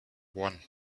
one